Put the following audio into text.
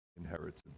inheritance